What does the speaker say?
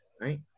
right